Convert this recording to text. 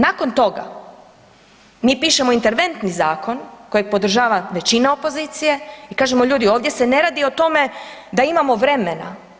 Nakon toga, mi pišemo interventni zakon kojeg podržava većina opozicije i kažemo, ljudi, ovdje se ne radi o tome da imamo vremena.